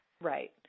right